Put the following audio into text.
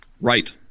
right